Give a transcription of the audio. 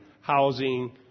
housing